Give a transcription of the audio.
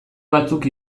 batzuk